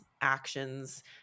actions